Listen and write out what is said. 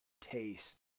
taste